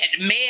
man